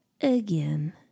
again